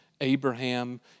Abraham